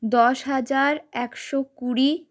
দশ হাজার একশো কুড়ি